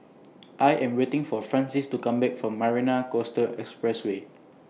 I Am waiting For Francies to Come Back from Marina Coastal Expressway